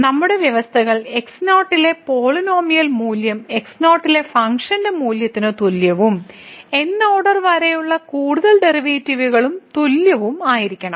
നമ്മളുടെ വ്യവസ്ഥകൾ x0 ലെ പോളിനോമിയൽ മൂല്യം x0 ലെ ഫംഗ്ഷൻ മൂല്യത്തിന് തുല്യവും n ഓർഡർ വരെയുള്ള കൂടുതൽ ഡെറിവേറ്റീവുകളും തുല്യവും ആയിരിക്കണം